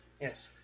Yes